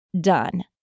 done